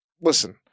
listen